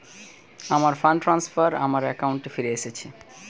আমার fund transfer আমার অ্যাকাউন্টে ফিরে এসেছে